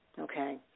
Okay